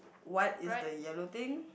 what is the yellow thing